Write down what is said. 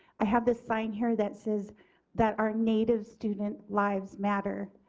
i have the sign here that says that our native student lives matter.